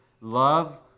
love